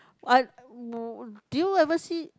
I w~ do you ever see